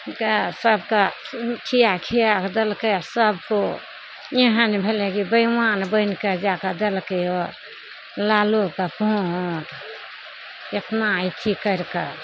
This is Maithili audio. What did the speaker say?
हुनका सबके खिआ खिआ कऽ देलकै सबको एहन भेलै कि बैमान बनि कऽ जाकऽ देलकै लालूके एतना अथी करि कऽ